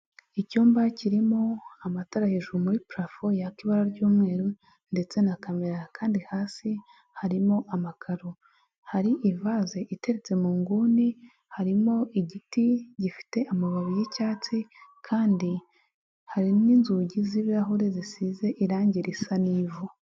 Icyumba kirimo amatara hejuru muri parafo yaka ibara ry'umweru ndetse na kamera kandi hasi harimo amakaro, hari ivaze iteretse mu nguni, harimo igiti gifite amababi y'icyatsi kandi hari n'inzugi z'ibirahure zisize irangi risa n'ivu.